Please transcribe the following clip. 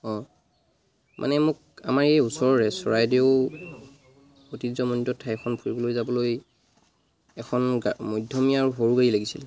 অঁ মানে মোক আমাৰ এই ওচৰৰে চৰাইদেউ ঐতিহ্যমণ্ডিত ঠাইখন ফুৰিবলৈ এখন মধ্যমীয়া সৰু গাড়ী লাগিছিলে